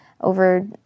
over